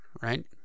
right